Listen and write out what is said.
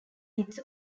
its